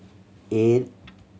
eight